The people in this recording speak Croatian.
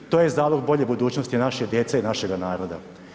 To je zalog boljoj budućnosti naše djece i našega naroda.